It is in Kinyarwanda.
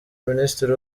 minisitiri